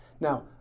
now